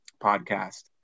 podcast